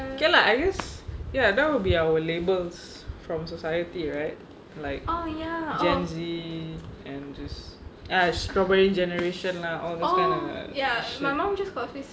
okay lah I guess ya that would be our labels from society right like gen Z and just ah strawberry generation lah all those kind of shit